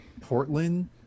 Portland